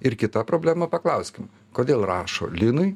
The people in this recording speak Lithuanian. ir kita problema paklauskim kodėl rašo linui